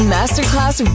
Masterclass